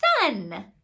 Sun